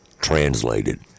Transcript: Translated